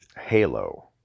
Halo